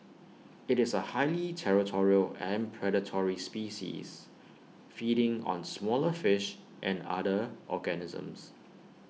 IT is A highly territorial and predatory species feeding on smaller fish and other organisms